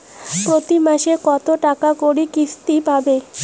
প্রতি মাসে কতো টাকা করি কিস্তি পরে?